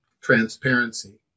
transparency